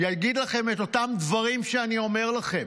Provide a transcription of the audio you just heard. ויגיד לכם את אותם דברים שאני אומר לכם.